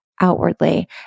outwardly